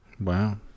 Wow